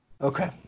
Okay